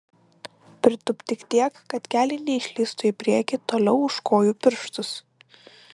pritūpk tik tiek kad keliai neišlįstų į priekį toliau už kojų pirštus